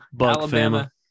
Alabama